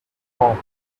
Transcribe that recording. omens